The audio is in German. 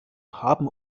haben